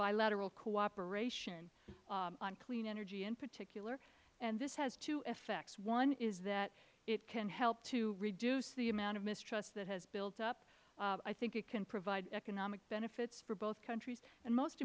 bilateral cooperation on clean energy in particular and this has two effects one is that it can help to reduce the amount of mistrust that has built up i think it can provide economic benefits for both countries